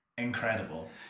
Incredible